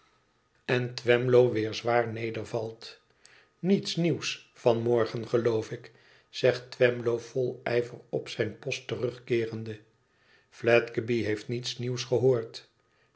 en twemlow weer zwaar nedervalt niets nieuws van morgen geloof ik zegt twemlow vol ijver op zijn post terugkeerende fledgeby heeft niets nieuws gehoord